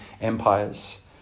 empires